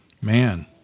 Man